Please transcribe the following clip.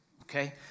Okay